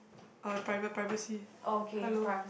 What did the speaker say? uh private privacy hello